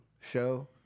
show